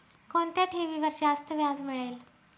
कोणत्या ठेवीवर जास्त व्याज मिळेल?